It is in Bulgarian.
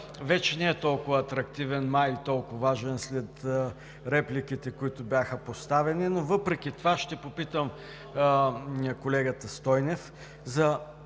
вече не е толкова атрактивен и толкова важен след репликите, които бяха поставени, но въпреки това ще попитам колегата Стойнев за